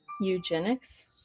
eugenics